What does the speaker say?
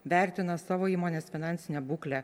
vertina savo įmonės finansinę būklę